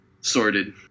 Sorted